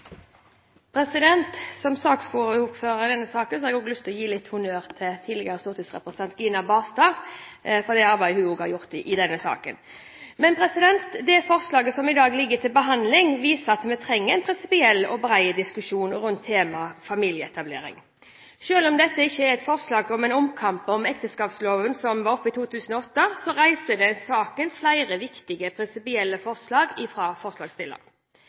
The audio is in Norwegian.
vedtatt. Som ordfører for denne saken har jeg lyst til å gi litt honnør til tidligere stortingsrepresentant Gina Knutson Barstad for det arbeidet hun også har gjort i denne saken. Det forslaget som i dag ligger til behandling, viser at vi trenger en prinsipiell og bred diskusjon rundt temaet familieetablering. Selv om ikke dette forslaget er en omkamp om ekteskapsloven, som var oppe i 2008, reises det i saken flere viktige prinsipielle forslag